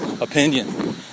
opinion